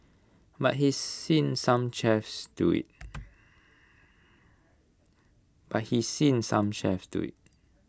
but he's seen some chefs do IT